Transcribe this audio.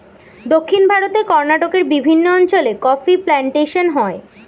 দক্ষিণ ভারতে কর্ণাটকের বিভিন্ন অঞ্চলে কফি প্লান্টেশন হয়